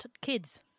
kids